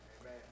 Amen